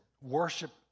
worship